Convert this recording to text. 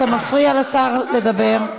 אתה מפריע לשר לדבר.